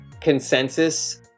consensus